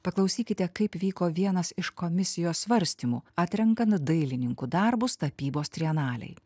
paklausykite kaip vyko vienas iš komisijos svarstymų atrenkant dailininkų darbus tapybos trienalei